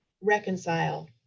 reconcile